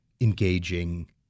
engaging